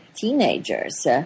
teenagers